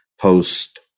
post